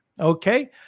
Okay